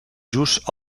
just